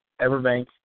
Everbank